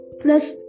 Plus